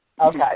Okay